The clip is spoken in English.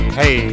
hey